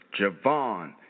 javon